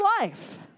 life